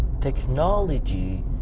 technology